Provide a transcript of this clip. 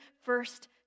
first